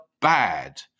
bad